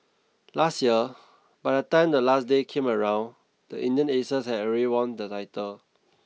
last year by the time the last day came around the Indian Aces had already won the title